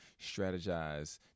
Strategize